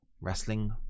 Wrestling